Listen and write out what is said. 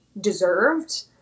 deserved